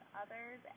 others